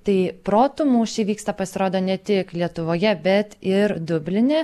tai protų mūšiai vyksta pasirodo ne tik lietuvoje bet ir dubline